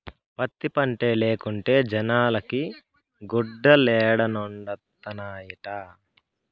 పత్తి పంటే లేకుంటే జనాలకి గుడ్డలేడనొండత్తనాయిట